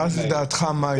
ואז לדעתך מה יהיה?